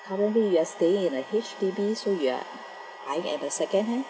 currently you are staying in a H_D_B so you are eyeing at the second hand